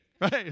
right